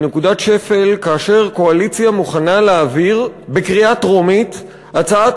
היא נקודת שפל כאשר קואליציה מוכנה להעביר בקריאה טרומית הצעת